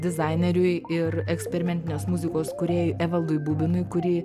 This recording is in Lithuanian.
dizaineriui ir eksperimentinės muzikos kūrėjui evaldui bubinui kurį